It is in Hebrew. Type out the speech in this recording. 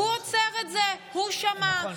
הוא עוצר את זה, הוא שמע.